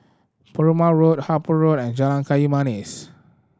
Perumal Road Harper Road and Jalan Kayu Manis